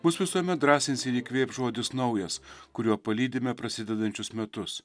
mus visuomet drąsins ir įkvėps žodis naujas kuriuo palydime prasidedančius metus